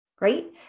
right